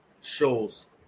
shows